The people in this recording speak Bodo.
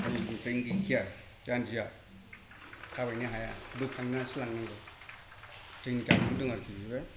नैबेनिफ्रायनो गैखाया जानजिया थाबायनो हाया बोखांनानैसो लांनांगौ जोंनि गामियावनो दङ आरोखि बेबो